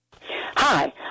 Hi